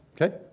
Okay